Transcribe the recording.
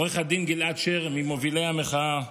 עו"ד גלעד שר, ממובילי המחאה,